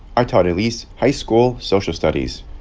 ah taught elise high school social studies.